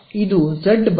ಇದು Z D